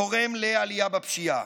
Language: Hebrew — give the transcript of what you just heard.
גורם לעלייה בפשיעה.